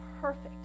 perfect